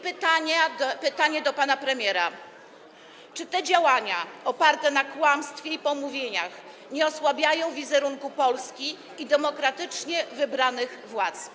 Pytanie do pana premiera: Czy te działania, oparte na kłamstwie i pomówieniach, nie osłabiają wizerunku Polski i demokratycznie wybranych władz?